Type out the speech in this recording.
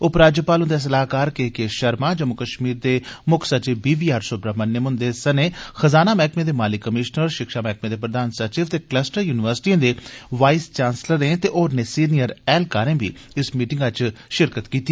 उपराज्यपाल हंदे सलाहकार के के शर्मा जम्मू कश्मीर दे मुक्ख सचिव बी वी आर सुब्रह्मण्यम हंदे सने खजाना मैहकमे दे माली कमिषनर शिक्षा मैहकमे दे प्रधान सचिव ते कलस्टर युनिवर्सिटिएं दे वाईस चांसलरें ते होरनें सीनियर ऐहलकारें बी इस मीटिंग च हिस्सा लैता